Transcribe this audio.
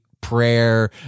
prayer